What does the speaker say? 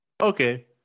okay